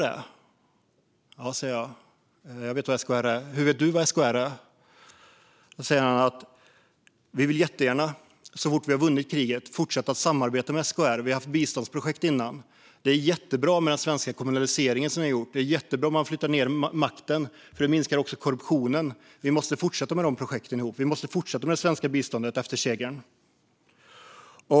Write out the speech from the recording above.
Jag sa att jag visste det och frågade hur han visste vad SKR är. Han sa att de jättegärna, så fort de har vunnit kriget, fortsätter att samarbeta med SKR. De har haft biståndsprojekt tidigare. Han sa att det är jättebra med den svenska kommunaliseringen. Det är jättebra att flytta ned makten, för det minskar korruptionen. Han sa att dessa gemensamma projekt och det svenska biståndet måste fortsätta efter segern.